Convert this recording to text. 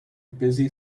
busy